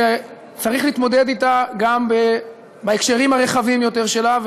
וצריך להתמודד אתה גם בהקשרים הרחבים יותר שלה,